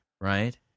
right